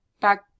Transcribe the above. back